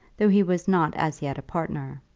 though he was not as yet a partner.